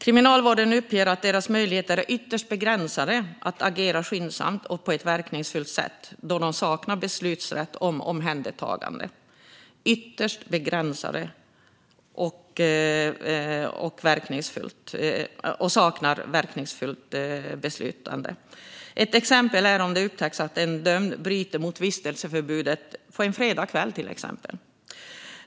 Kriminalvården uppger att dess möjligheter att agera skyndsamt och på ett verkningsfullt sätt är ytterst begränsade då myndigheten saknar beslutsrätt om omhändertagande. Ett exempel är om det upptäcks att en dömd bryter mot vistelseförbudet på fredag kväll.